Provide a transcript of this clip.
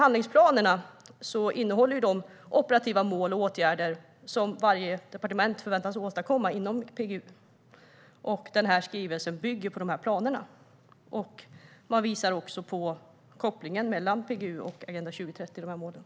Handlingsplanerna innehåller operativa mål och åtgärder som varje departement förväntas åstadkomma inom PGU. Skrivelsen bygger på de planerna. Man visar också på kopplingen mellan PGU och målen i Agenda 2030.